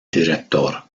director